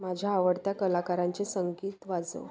माझ्या आवडत्या कलाकारांचे संगीत वाजव